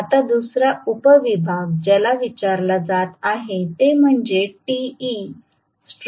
आता दुसरा उपविभाग ज्याला विचारला जात आहे ते म्हणजे काय आहे